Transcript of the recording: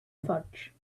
fudge